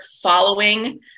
following